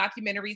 documentaries